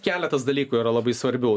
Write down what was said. keletas dalykų yra labai svarbių